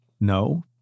no